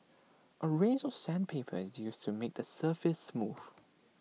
A range of sandpaper is used to make the surface smooth